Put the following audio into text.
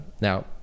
Now